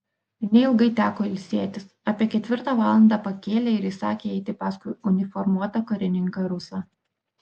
neilgai teko ilsėtis apie ketvirtą valandą pakėlė ir įsakė eiti paskui uniformuotą karininką rusą